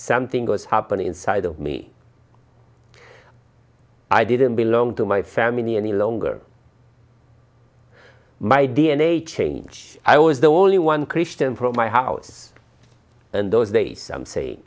something was happening inside of me i didn't belong to my family any longer my d n a change i was the only one christian from my house and those days